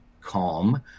calm